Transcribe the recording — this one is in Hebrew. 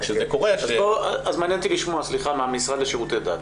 אז מעניין אותי לשמוע, סליחה, מהמשרד לשירותי דת.